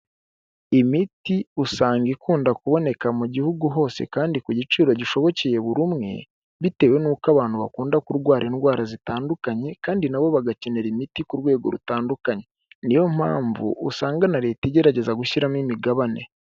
Imiti usanga ikunda kuboneka mu gihugu hose kandi ku giciro gishobokeye buri umwe, bitewe n'uko abantu bakunda kurwara indwara zitandukanye kandi na bo bagakenera imiti ku rwego rutandukanye, niyo mpamvu usanga na Leta igerageza gushyiramo imigabane.